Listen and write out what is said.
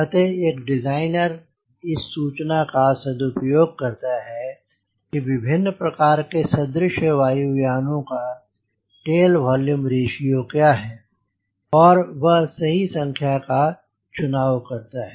अतः एक डिज़ाइनर इस सूचना का सदुपयोग करता है कि विभिन्न प्रकार के सदृश्य वायु यानों का टेल वोल्यूम रेशीओ क्या है और वह सही संख्या का चुनाव करता है